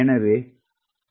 எனவே 0